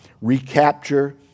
Recapture